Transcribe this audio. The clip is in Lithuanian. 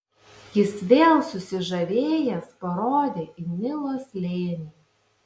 jis vėl susižavėjęs parodė į nilo slėnį